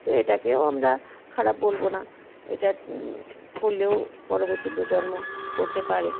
তো এটাকেও আমরা খারাপ বলবো না এটা করলেও পরবর্তী প্রজন্ম করতে পারে